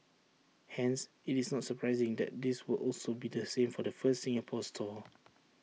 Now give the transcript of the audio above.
hence IT is not surprising that this will also be the same for the first Singapore store